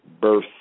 Birth